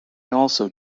also